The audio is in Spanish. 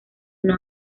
una